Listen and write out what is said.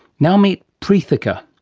now meet preethika.